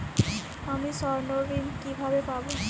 আমি স্বর্ণঋণ কিভাবে পাবো?